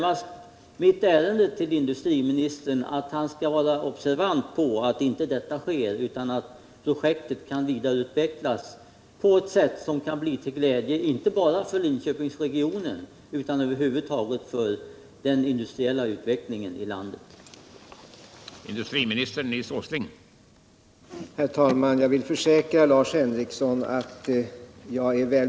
Mitt ärende till industriministern gäller närmast att han bör vara observant på att något sådant inte sker utan att projektet kan vidareutvecklas på ett sätt som kan bli till glädje inte bara för Linköpingsregionen utan för den industriella utvecklingen inom landet över huvud taget.